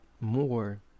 more